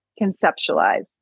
conceptualize